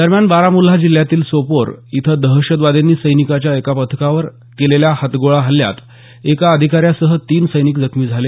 दरम्यान बारामुल्ला जिल्ह्यातील सोपोर इथं दहशतवाद्यांनी सैनिकांच्या एका पथकावर केलेल्या हातगोळा हल्ल्यात एका अधिकाऱ्यासह दोन सैनिक जखमी झाले